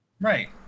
Right